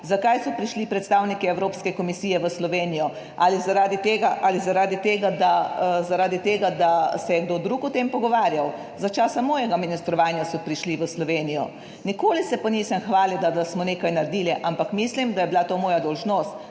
Zakaj so prišli predstavniki Evropske komisije v Slovenijo? Ali zaradi tega, da se je kdo drug o tem pogovarjal? Za časa mojega ministrovanja so prišli v Slovenijo, nikoli se pa nisem hvalil, da smo nekaj naredili, ampak mislim, da je bila to moja dolžnost,